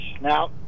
Now